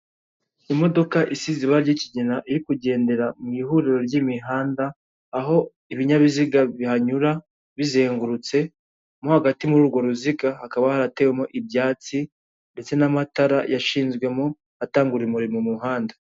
Imodoka isize ibara ry'ikigina iri kugendera mu ihuriro ry'imihanda, aho ibinyabiziga bihanyura bizengurutse mo hagati muri urwo ruziga hakaba haratewemo ibyatsi ndetse n'amatara yashizwemo atanga urumuri mu muhanda.